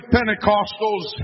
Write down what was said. Pentecostals